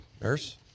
Nurse